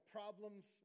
problems